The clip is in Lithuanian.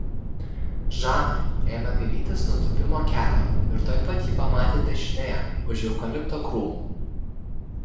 žana ėmė dairytis nutūpimo kelio ir tuoj pat jį pamatė dešinėje už eukalipto krūmų